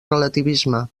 relativisme